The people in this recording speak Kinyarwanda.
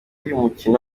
y’umukino